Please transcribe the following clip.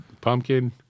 pumpkin